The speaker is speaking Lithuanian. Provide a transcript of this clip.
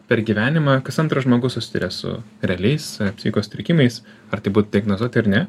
per gyvenimą kas antras žmogus susiduria su realiais psichikos sutrikimais ar tai būtų diagnozuoti ar ne